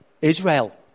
Israel